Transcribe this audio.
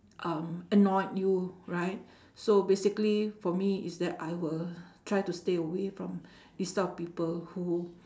um annoyed you right so basically for me is that I will try to stay away from this type of people who